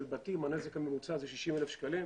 שריפות של בתים והנזק הממוצע הוא 60,000 שקלים,